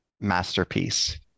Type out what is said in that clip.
masterpiece